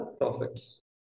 profits